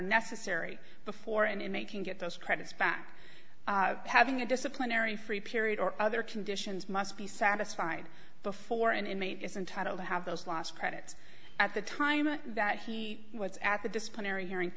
necessary before an inmate can get those credits back having a disciplinary free period or other conditions must be satisfied before an inmate is entitled to have those last credits at the time that he was at the disciplinary hearing